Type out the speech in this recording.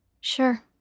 Sure